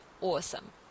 awesome